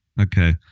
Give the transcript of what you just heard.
Okay